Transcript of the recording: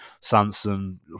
Sanson